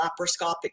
laparoscopic